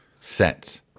set